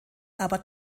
aber